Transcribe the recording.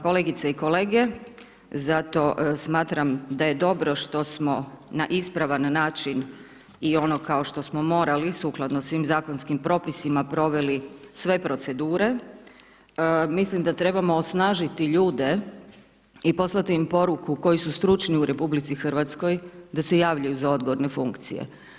Kolegice i kolege, zato smatram da je dobro što smo na ispravan način i ono kao što smo morali sukladno svim zakonskim propisima proveli sve procedure, mislim da trebamo osnažiti ljude i poslati im poruku koju su stručni u RH da se javljaju za odgovorne funkcije.